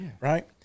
right